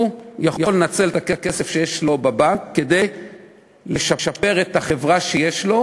הוא יכול לנצל את הכסף שיש לו בבנק כדי לשפר את החברה שיש לו,